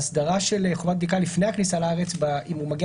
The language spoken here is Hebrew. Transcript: ההסדרה של חובת בדיקה לפני הכניסה לארץ אם הוא מגיע